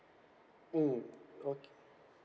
mm okay